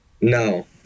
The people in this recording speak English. No